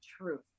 truth